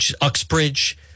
Uxbridge